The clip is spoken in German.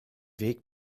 weg